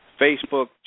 Facebook